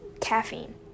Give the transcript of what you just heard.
caffeine